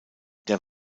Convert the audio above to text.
der